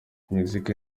mexique